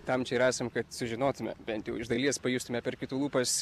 tam ir esam kad sužinotume bent jau iš dalies pajustume per kitų lūpas